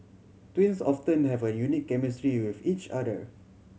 twins often have a unique chemistry with each other